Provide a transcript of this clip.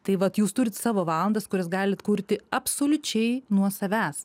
tai vat jūs turit savo valandas kurias galit kurti absoliučiai nuo savęs